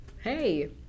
hey